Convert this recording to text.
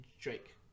Drake